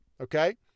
okay